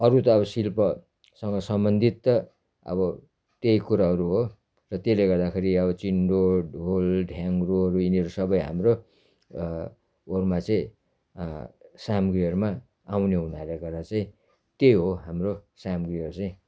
अरू त अब शिल्पसँग सम्बन्धित त अब त कुरोहरू हो र त्यसल् गर्दाखेरि अब चिन्डो ढोल ढ्याङ्ग्रोहरू यिनीहरू सबै हाम्रो ओरमा चाहिँ साम्गीहरूमा आउने हुनाले गर्दा चाहिँ त्यही हो हाम्रो साम्गीहरू चाहिँ